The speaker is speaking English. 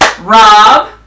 Rob